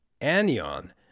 anion